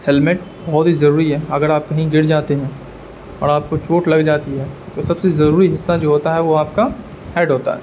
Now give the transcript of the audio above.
helmet بہت ہی ضروری ہے اگر آپ کہیں گر جاتے ہیں اور آپ کو چوٹ لگ جاتی ہے تو سب سے ضروری حصہ جو ہوتا ہے وہ آپ کا ہیڈ ہوتا ہے